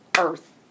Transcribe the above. earth